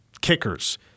Kickers